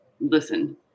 listen